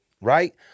right